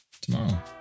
tomorrow